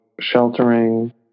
sheltering